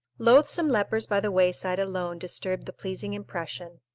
loathsome lepers by the wayside alone disturbed the pleasing impression.